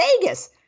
Vegas